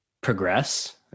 progress